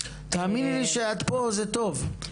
תאמיני לי שאת פה זה טוב,